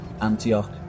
Antioch